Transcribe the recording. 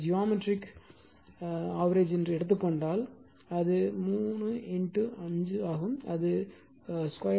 ஆனால் அதை geometric average எடுத்துக் கொண்டால் அது 3 5 ஆகும் அது √ 15 ஆக இருக்கும்